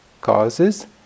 causes